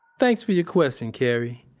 thanks for your question, kerry.